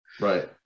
Right